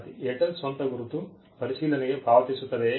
ವಿದ್ಯಾರ್ಥಿ ಏರ್ಟೆಲ್ ಸ್ವಂತ ಗುರುತು ಪರಿಶೀಲನೆಗೆ ಪಾವತಿಸುತ್ತದೆ